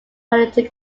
wellington